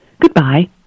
Goodbye